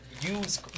use